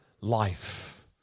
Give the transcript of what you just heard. life